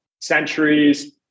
centuries